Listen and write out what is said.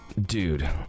Dude